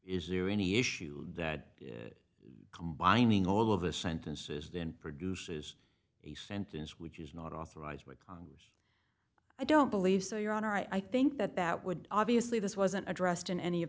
is there any issue that combining all of the sentences then produces a sentence which is not authorized by congress i don't believe so your honor i think that that would obviously this wasn't addressed in any of